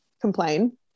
complain